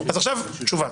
אז עכשיו תשובה.